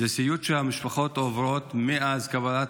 זה סיוט שהמשפחות עוברות מאז קבלת